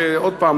ועוד הפעם,